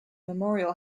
memorial